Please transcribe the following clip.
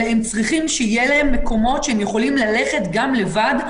אלא צריכים שיהיו להם מקומות שהם יכולים ללכת גם לבד,